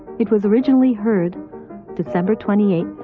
it was originally heard december twenty eight,